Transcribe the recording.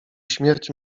śmierć